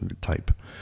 type